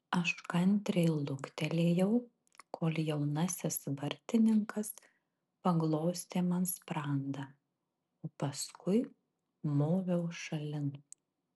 aš kantriai luktelėjau kol jaunasis vartininkas paglostė man sprandą o paskui moviau šalin